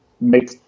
make